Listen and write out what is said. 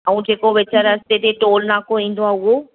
ऐं जेको विच रस्ते ते टोल नाको ईंदो आहे उहो